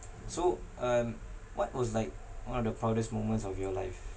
so um what was like one of the proudest moments of your life